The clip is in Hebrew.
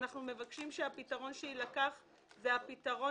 אנחנו מבקשים שהפתרון שיתקבל הוא הפתרון